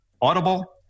Audible